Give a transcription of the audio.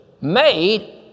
made